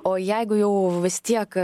o jeigu jau vis tiek